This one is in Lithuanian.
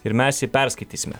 ir mes jį perskaitysime